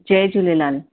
Jay Jhulelal